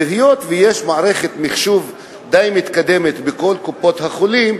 והיות שיש מערכת מחשוב די מתקדמת בכל קופות-החולים,